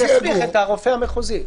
הוא יכול להסמיך את הרופא המחוזי.